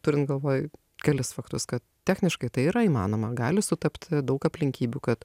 turint galvoj kelis faktus kad techniškai tai yra įmanoma gali sutapt daug aplinkybių kad